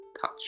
touch